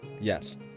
Yes